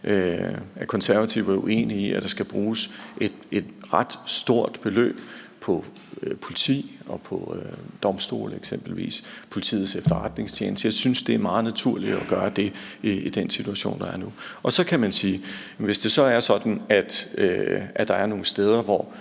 at Konservative vil være uenige i, at der skal bruges et ret stort beløb på eksempelvis politi og på domstole og Politiets Efterretningstjeneste. Vi synes, det er meget naturligt at gøre det i den situation, der er nu. Så kan man sige, at hvis det er sådan, at der er nogle steder, hvor